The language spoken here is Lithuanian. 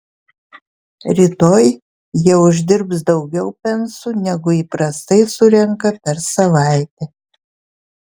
rytoj jie uždirbs daugiau pensų negu įprastai surenka per savaitę